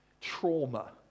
trauma